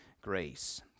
grace